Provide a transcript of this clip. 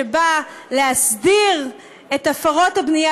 שבא להסדיר את הפרות הבנייה,